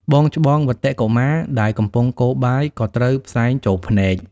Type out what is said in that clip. បងច្បង វត្តិ កុមារ ដែលកំពុងកូរបាយក៏ត្រូវផ្សែងចូលភ្នែក។